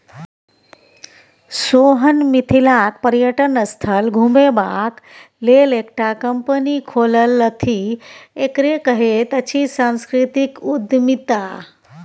सोहन मिथिलाक पर्यटन स्थल घुमेबाक लेल एकटा कंपनी खोललथि एकरे कहैत अछि सांस्कृतिक उद्यमिता